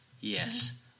Yes